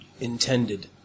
Intended